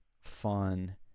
fun